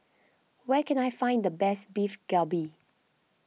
where can I find the best Beef Galbi